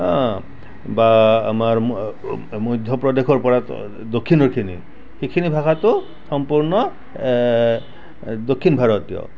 বা আমাৰ মধ্য প্ৰদেশৰ পৰা দক্ষিণৰখিনি সেইখিনি ভাষাটো সম্পূৰ্ণ দক্ষিণ ভাৰতীয়